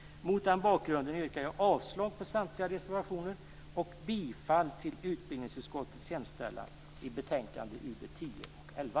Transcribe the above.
Mot den bakgrunden yrkar jag avslag på samtliga reservationer och bifall till utbildningsutskottets hemställan i betänkandena UbU10 och UbU11.